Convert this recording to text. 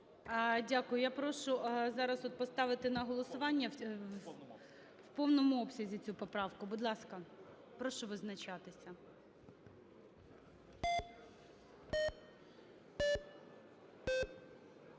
Дякую. Я прошу зараз от поставити на голосування в повному обсязі цю поправку. Будь ласка, прошу визначатися.